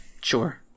Sure